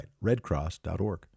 redcross.org